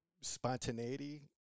spontaneity